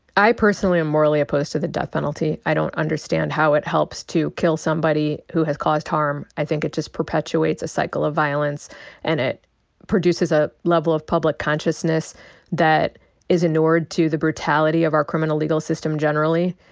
i personally am morally opposed to the death penalty. i don't understand how it helps to kill somebody who has caused harm. i think it just perpetuates a cycle of violence and it produces a level of public consciousness that is in inured to the brutality of our criminal legal system generally.